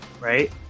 right